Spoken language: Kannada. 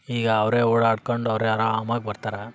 ಈಗ ಅವರೆ ಓಡಾಡ್ಕೊಂಡು ಅವರೆ ಆರಾಮಾಗಿ ಬರ್ತಾರೆ